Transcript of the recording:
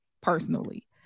personally